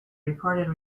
reported